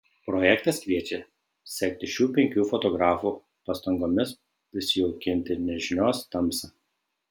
projektas kviečia sekti šių penkių fotografių pastangomis prisijaukinti nežinios tamsą